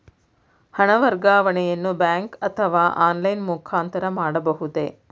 ಹಣ ವರ್ಗಾವಣೆಯನ್ನು ಬ್ಯಾಂಕ್ ಅಥವಾ ಆನ್ಲೈನ್ ಮುಖಾಂತರ ಮಾಡಬಹುದೇ?